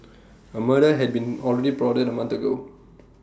A murder had been already plotted A month ago